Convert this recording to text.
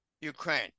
Ukraine